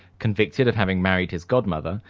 convicted of having married his godmother,